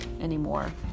anymore